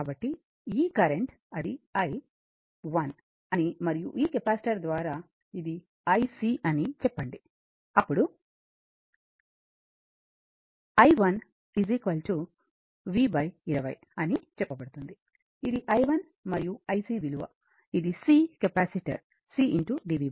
కాబట్టి ఈ కరెంట్ అది i1 అని మరియు ఈ కెపాసిటర్ ద్వారా ఇది ic అని చెప్పండి అప్పుడు i1 v 20 అని చెప్పబడుతుంది ఇది i1 మరియు ic విలువ ఇది c capacitor c dv dt